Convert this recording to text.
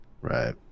Right